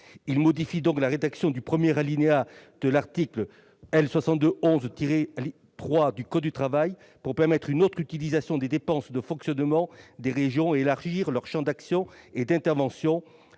de modifier la rédaction du 1° de l'article L. 6211-3 du code du travail pour permettre une autre utilisation des dépenses de fonctionnement des régions et élargir le champ d'action et d'intervention